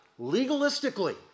legalistically